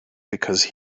because